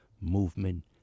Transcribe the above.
movement